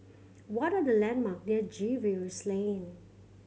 what are the landmark near Jervois Lane